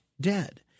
dead